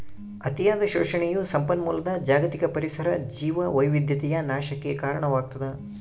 ಅತಿಯಾದ ಶೋಷಣೆಯು ಸಂಪನ್ಮೂಲದ ಜಾಗತಿಕ ಪರಿಸರ ಜೀವವೈವಿಧ್ಯತೆಯ ನಾಶಕ್ಕೆ ಕಾರಣವಾಗ್ತದ